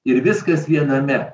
ir viskas viename